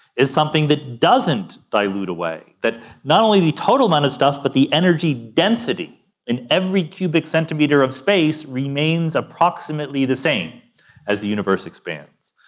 is something that doesn't dilute away, not only the total amount of stuff but the energy density in every cubic centimetre of space remains approximately the same as the universe expands.